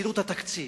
זילות התקציב,